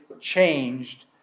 changed